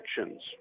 actions